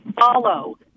follow